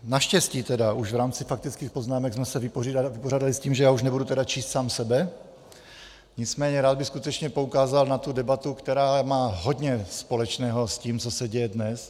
naštěstí tedy už v rámci faktických poznámek jsme se vypořádali s tím, že už nebudu číst sám sebe, nicméně rád bych skutečně poukázal na tu debatu, která má hodně společného s tím, co se děje dnes.